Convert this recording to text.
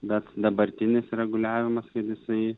bet dabartinis reguliavimas ir jisai